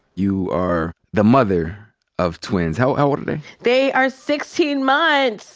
you are the mother of twins. how how old are they? they are sixteen months.